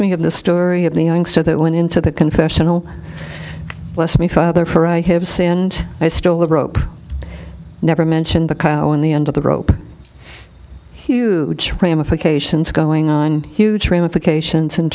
me of the story of the youngster that went into the confessional bless me father for i have sinned i stole the rope never mentioned the cowan the end of the rope huge ramifications going on huge ramifications in